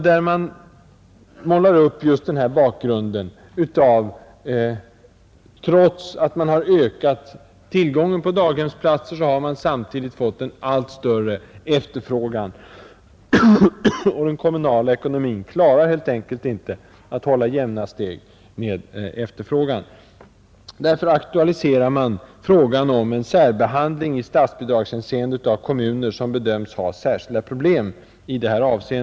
Där målar man upp just denna bakgrund: trots att man har ökat tillgången på daghemsplatser har man fått en allt större efterfrågan. Den kommunala ekonomin klarar helt enkelt inte att hålla jämna steg med efterfrågan. Därför aktualiserar man frågan om en särbehandling i statsbidragshänseende av kommuner som bedöms ha särskilda problem.